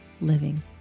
living